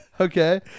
okay